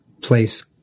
place